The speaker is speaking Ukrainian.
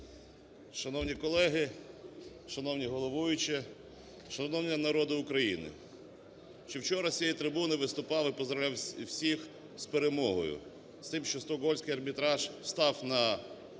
Шановні колеги, шановні головуючі, шановний народе України! Ще вчора з цієї трибуни виступав і поздоровляв всіх з перемогою, з тим, що Стокгольмський арбітраж став на сторону